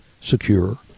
secure